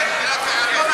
כן, כן.